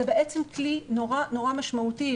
זה בעצם כלי נורא נורא משמעותי,